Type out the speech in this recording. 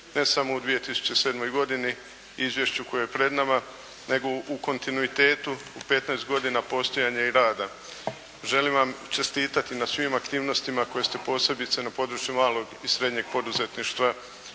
ne samo u 2007. godini, izvješću koje je pred nama nego u kontinuitetu u 15 godina postojanja i rada. Želim vam čestitati na svim aktivnostima koje ste posebice na području malog i srednjeg poduzetništva